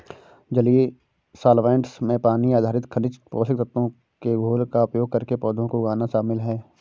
जलीय सॉल्वैंट्स में पानी आधारित खनिज पोषक तत्वों के घोल का उपयोग करके पौधों को उगाना शामिल है